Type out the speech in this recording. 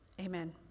amen